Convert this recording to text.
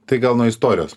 tai gal nuo istorijos